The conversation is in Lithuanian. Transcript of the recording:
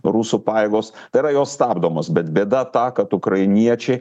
rusų pajėgos tai yra jos stabdomos bet bėda ta kad ukrainiečiai